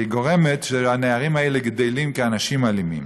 גורמת לכך שהנערים האלה גדלים להיות אנשים אלימים.